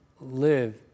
live